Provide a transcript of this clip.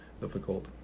Difficult